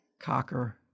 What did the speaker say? Cocker